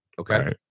okay